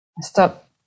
stop